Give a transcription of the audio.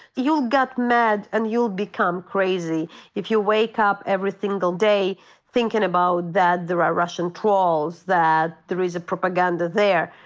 you'll get mad and you'll become crazy if you wake up every single day thinking about that there are russian trolls, that there is a propaganda there.